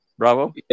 Bravo